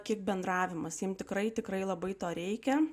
kiek bendravimas jiems tikrai tikrai labai to reikia